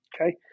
Okay